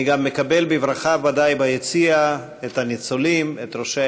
אני גם מקבל בברכה ביציע את הניצולים ואת ראשי